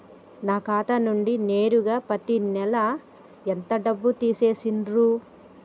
నా ఖాతా నుండి నేరుగా పత్తి నెల డబ్బు ఎంత తీసేశిర్రు?